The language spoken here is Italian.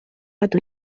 lato